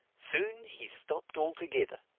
soon he stopped altogether.